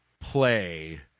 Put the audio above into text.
play